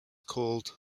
called